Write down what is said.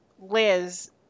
Liz